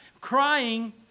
crying